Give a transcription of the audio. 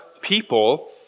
people